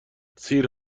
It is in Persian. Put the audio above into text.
سیر